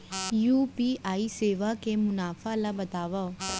UPI सेवा के मुनाफा ल बतावव?